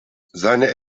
seine